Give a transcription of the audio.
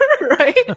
Right